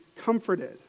comforted